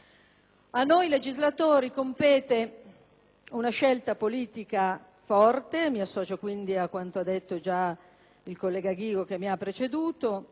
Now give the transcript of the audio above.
A noi legislatori compete una scelta politica forte. Mi associo, pertanto, a quanto già affermato dal collega Ghigo che mi ha preceduto.